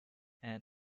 and